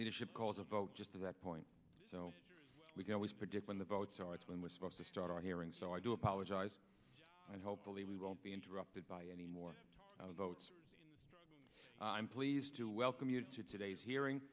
rship calls a vote just to that point so we can always predict when the votes are it's when was supposed to start our hearing so i do apologize and hopefully we won't be interrupted by any more votes i'm pleased to welcome you to today's hearing